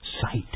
sight